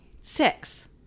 six